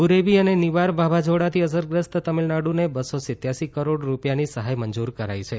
બુરેબી અને નિવાર વાવાઝોડાથી અસરગ્રસ્ત તમીલનાડુને બસ્સો સિત્યાસી કરોડ રૂપિયાની સહાય મંજુર કરાઇ છે